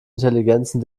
intelligenzen